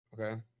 Okay